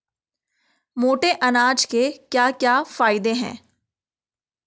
मोटे अनाज के क्या क्या फायदे हैं?